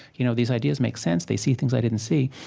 you know these ideas make sense. they see things i didn't see.